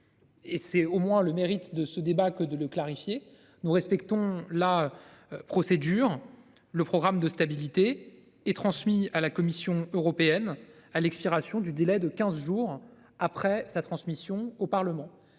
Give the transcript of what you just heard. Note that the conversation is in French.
Et c'est au moins le mérite de ce débat que de le clarifier, nous respectons la. Procédure le programme de stabilité et transmis à la Commission européenne. À l'expiration du délai de 15 jours après sa transmission au Parlement.